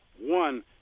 one